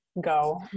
go